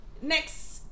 next